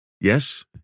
Yes